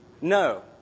No